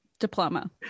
diploma